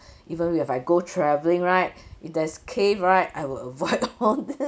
even if I go traveling right if there's cave right I will avoid all